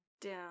down